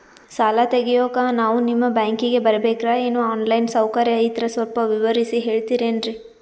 ಸಾಲ ತೆಗಿಯೋಕಾ ನಾವು ನಿಮ್ಮ ಬ್ಯಾಂಕಿಗೆ ಬರಬೇಕ್ರ ಏನು ಆನ್ ಲೈನ್ ಸೌಕರ್ಯ ಐತ್ರ ಸ್ವಲ್ಪ ವಿವರಿಸಿ ಹೇಳ್ತಿರೆನ್ರಿ?